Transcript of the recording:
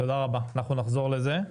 תודה רבה, אנחנו נחזור לזה.